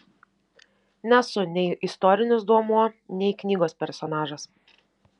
nesu nei istorinis duomuo nei knygos personažas